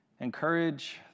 encourage